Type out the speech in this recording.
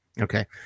Okay